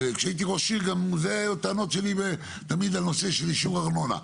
כשהייתי ראש עיר גם אלו היו הטענות שלי תמיד על נושא של אישור ארנונה,